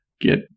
get